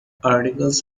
articles